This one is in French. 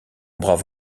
brave